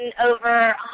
over